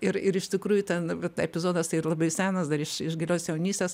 ir iš tikrųjų ten vat epizodas tai yra labai senas dar iš iš gilios jaunystės